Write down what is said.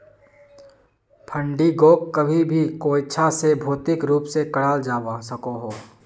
फंडिंगोक कभी भी कोयेंछा से भौतिक रूप से कराल जावा सकोह